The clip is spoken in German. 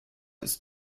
ist